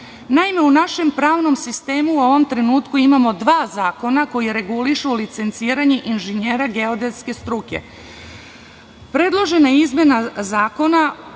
u našem pravnom sistemu u ovom trenutku imamo dva zakona koji regulišu licenciranje inženjera geodetske struke. Predložena izmena zakona